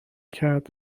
کرد